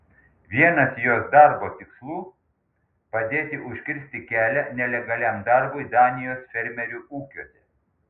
vienas jos darbo tikslų padėti užkirsti kelią nelegaliam darbui danijos fermerių ūkiuose